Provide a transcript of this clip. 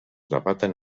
debaten